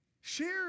Share